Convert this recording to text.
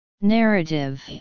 narrative